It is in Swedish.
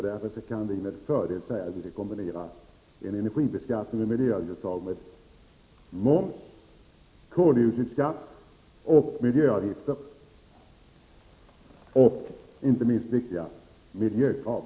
Därför kan vi moderater med fördel säga att man kan kombinera en energibeskattning med moms, koldioxidskatt och miljöavgifter, och det inte minst viktiga, miljökrav.